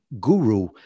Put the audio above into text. guru